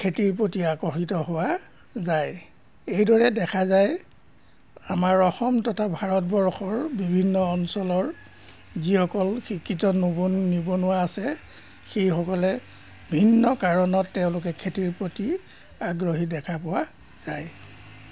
খেতিৰ প্ৰতি আকৰ্ষিত হোৱা যায় এইদৰে দেখা যায় আমাৰ অসম তথা ভাৰতবৰ্ষৰ বিভিন্ন অঞ্চলৰ যিসকল শিক্ষিত নিবনুৱা আছে সেইসকলে ভিন্ন কাৰণত তেওঁলোকে খেতিৰ প্ৰতি আগ্ৰহী দেখা পোৱা যায়